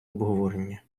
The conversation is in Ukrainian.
обговорення